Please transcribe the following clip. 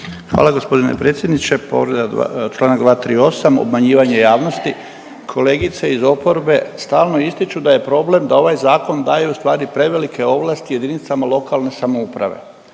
Hvala g. predsjedniče, povreda čl. 238, obmanjivanje javnosti. Kolegice iz oporbe stalno ističu da je problem da ovaj Zakon daje ustvari prevelike ovlasti jedinicama lokalne samouprave